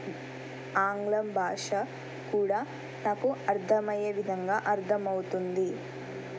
ఆంగ్లం భాష కూడా నాకు అర్థమయ్యే విధంగా అర్థమవుతుంది